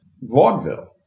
vaudeville